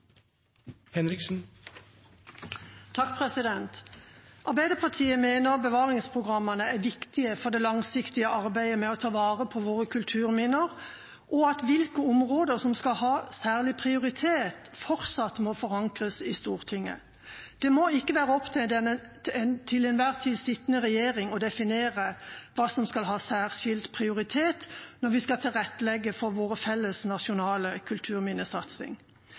for det langsiktige arbeidet med å ta vare på våre kulturminner, og at hvilke områder som skal ha særlig prioritet, fortsatt må forankres i Stortinget. Det må ikke være opp til den til enhver tid sittende regjering å definere hva som skal ha særskilt prioritet, når vi skal tilrettelegge for vår felles nasjonale kulturminnesatsing.